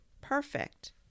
Perfect